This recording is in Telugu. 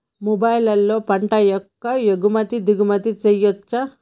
మొబైల్లో పంట యొక్క ఎగుమతి దిగుమతి చెయ్యచ్చా?